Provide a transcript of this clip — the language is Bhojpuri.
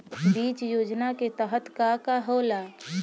बीज योजना के तहत का का होला?